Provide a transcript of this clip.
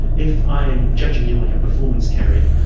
if i am judging you on your performance keri,